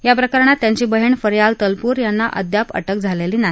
या प्रकरणात त्यांची बहिण फरयाल तल्पुर यांना अद्याप अटक झालसी नाही